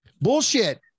Bullshit